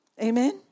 Amen